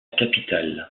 capitale